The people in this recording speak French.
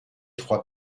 trois